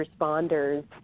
responders